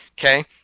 okay